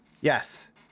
Yes